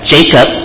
Jacob